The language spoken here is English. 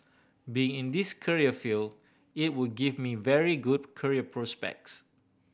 being in this career field it would give me very good career prospects